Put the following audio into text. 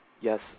Yes